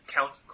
Count